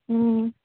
ఆ